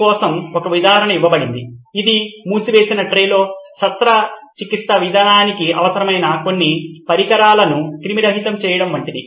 మీ కోసం ఒక ఉదాహరణ ఇవ్వబడింది ఇది మూసివేసిన ట్రేలో శస్త్రచికిత్సా విధానానికి అవసరమైన అన్ని పరికరాలను క్రిమిరహితం చేయడం వంటిది